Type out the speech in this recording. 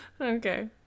okay